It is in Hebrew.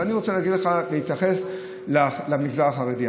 אבל אני רוצה להתייחס למגזר החרדי.